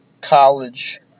College